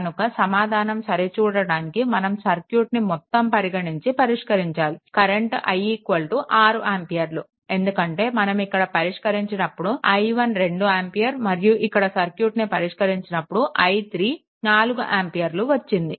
కనుక సమాధానం సరిచూడడానికి మనం సర్క్యూట్ని మొత్తం పరిగణించి పరిష్కరించాలి కరెంట్ i 6 ఆంపియర్లు ఎందుకంటే మనం ఇక్కడ పరిష్కరించినప్పుడు i1 2 ఆంపియర్ మరియు ఇక్కడ సర్క్యూట్ని పరిష్కరించినప్పుడు కరెంట్ i3 విలువ 4 ఆంపియర్లు వచ్చింది